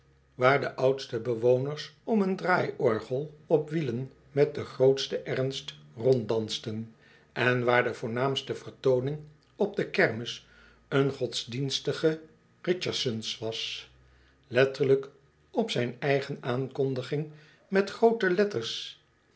de oudste bewoners om een draaiorgel op wielen met den grootsten ernst ronddansten en waar de voornaamste vertooning op de kermis een godsdienstige richardson's was letterlijk op zijn eigen aankondiging met groote letters